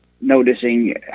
noticing